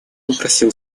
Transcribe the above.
попросил